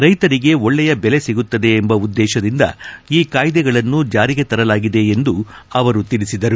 ರೈತರಿಗೆ ಒಳ್ಳೆಯ ಬೆಲೆ ಸಿಗುತ್ತದೆ ಎಂಬ ಉದ್ವೇಶದಿಂದ ಈ ಕಾಯ್ದೆಗಳನ್ನು ಜಾರಿಗೆ ತರಲಾಗಿದೆ ಎಂದು ತಿಳಿಸಿದರು